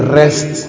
rest